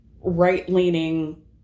right-leaning